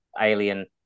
Alien